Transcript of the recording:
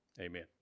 amen